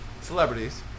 celebrities